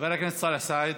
חבר הכנסת סאלח סעד,